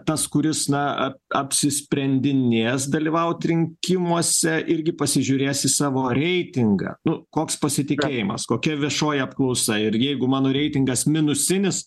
tas kuris na apsisprendinės dalyvaut rinkimuose irgi pasižiūrės į savo reitingą nu koks pasitikėjimas kokia viešoji apklausa ir jeigu mano reitingas minusinis